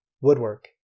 woodwork